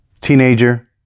teenager